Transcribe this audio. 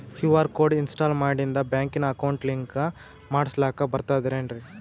QR code install ಮಾಡಿಂದ ಬ್ಯಾಂಕಿನ account link ಮಾಡಸ್ಲಾಕ ಬರ್ತದೇನ್ರಿ